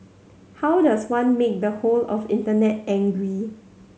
how does one make the whole of Internet angry